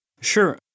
Sure